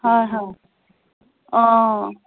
হয় হয় অঁ